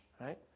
right